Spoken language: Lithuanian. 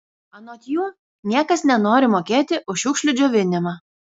anot jų niekas nenori mokėti už šiukšlių džiovinimą